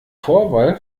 vorwahl